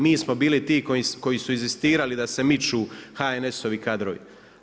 Mi smo bili ti, koji su inzistirali da se miču HNS-ovi kadrovi.